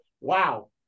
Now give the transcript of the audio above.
wow